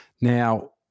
Now